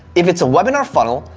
if it's a webinar funnel,